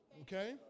okay